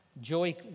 Joy